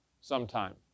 sometime